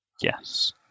Yes